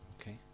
Okay